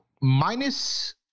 Minus